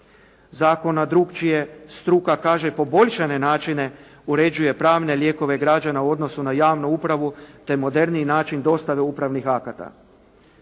Zakona drukčije, struka kaže poboljšane načine uređuje pravne lijekove građana u odnosu na javnu upravu te moderniji način dostave upravnih akata.